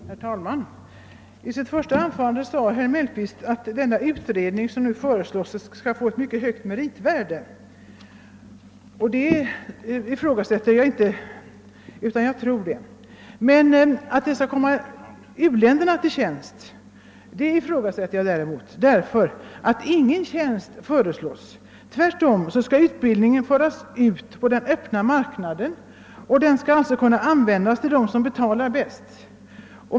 Herr talman! I sitt första anförande sade herr Mellqvist att den utbildning som nu föreslås skall få ett mycket högt meritvärde, och det ifrågasätter jag inte. Att "detta skulle kunna komma u-länderna till godo ifrågasätter jag däremot, ty ingen tjänst föreslås i u-länderna. Tvärtom skall de utbildade föras ut på den öppna marknaden och alltså kunna användas av dem som betalar bäst.